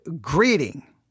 greeting